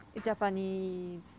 Japanese